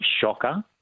shocker